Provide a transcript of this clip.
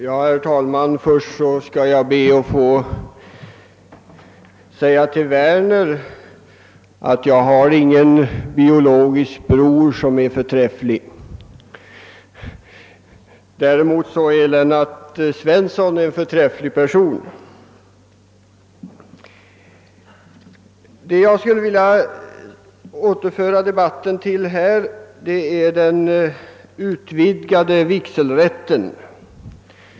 Herr talman! Först skall jag be att få säga till herr Werner att jag inte har någon biologisk bror som är förträfflig. Däremot är det så att Lennart Svensson är en förträfflig person. Jag skulle vilja återföra debatten till den utvidgade vigselrätten.